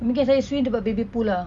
mungkin saya swim dekat baby pool lah